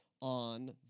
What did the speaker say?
on